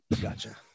gotcha